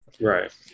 Right